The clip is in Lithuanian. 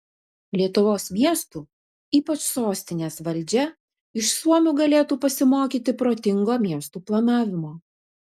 lietuvos miestų ypač sostinės valdžia iš suomių galėtų pasimokyti protingo miestų planavimo